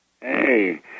Hey